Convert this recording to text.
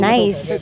Nice